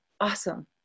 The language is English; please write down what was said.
awesome